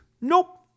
Nope